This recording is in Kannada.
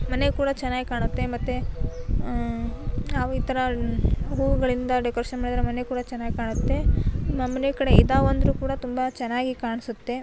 ಮನೆ ಕೂಡ ಚೆನ್ನಾಗಿ ಕಾಣುತ್ತೆ ಮತ್ತು ನಾವು ಈ ಥರ ಹೂವುಗಳಿಂದ ಡೆಕೋರೇಷನ್ ಮಾಡಿದರೆ ಮನೆ ಕೂಡ ಚೆನ್ನಾಗಿ ಕಾಣುತ್ತೆ ಮನೆ ಕಡೆ ಇದ್ದಾವೆ ಅಂದರೂ ಕೂಡ ತುಂಬ ಚೆನ್ನಾಗಿ ಕಾಣಿಸುತ್ತೆ